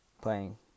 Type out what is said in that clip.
playing